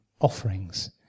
offerings